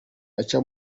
aca